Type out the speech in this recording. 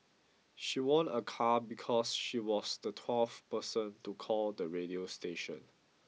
she won a car because she was the twelfth person to call the radio station